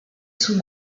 sous